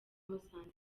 musanze